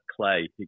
clay